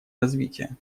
развития